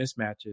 mismatches